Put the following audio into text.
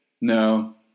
no